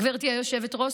גברתי היושבת-ראש,